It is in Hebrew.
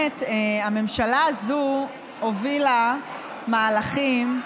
הממשלה הזו הובילה מהלכים שבאמת,